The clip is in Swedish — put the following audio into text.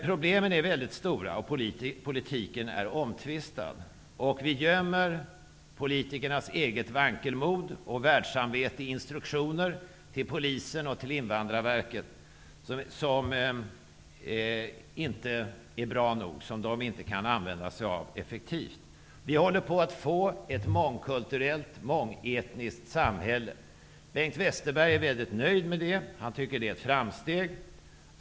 Problemen är väldigt stora, och politiken är omtvistad. Vi gömmer politikernas eget vankelmod och världssamvete i instruktioner till Polisen och till Invandrarverket som inte är bra nog och som de inte kan använda sig av effektivt. Vi håller på att få ett mångkulturellt och mångetniskt samhälle. Bengt Westerberg är väldigt nöjd med det. Han tycker att det är ett framsteg.